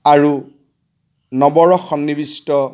আৰু নৱৰ সন্নিৱিষ্ট